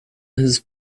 his